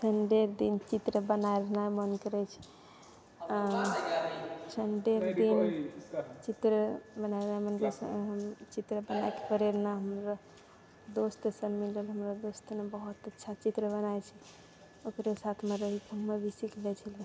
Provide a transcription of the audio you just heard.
संडेके दिन चित्र बनाबयके मन करय छै संडेके दिन चित्र बनाबयके मन करय छै चित्र बनाके हमरा दोस्त सब मिलके हमरा दोस्त सङ्गे बहुत अच्छा चित्र बनाबय छियै ओकरे साथमे रहिके हमे भी सिखले छलियै